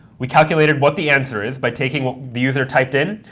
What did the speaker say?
we calculated what the answer is by taking what the user typed in,